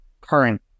current